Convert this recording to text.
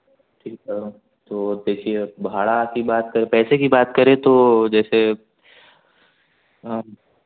ठीक है तो देखिए भाड़ा की बात करे अगर पैसे की बात करें तो जैसे